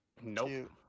Nope